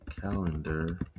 calendar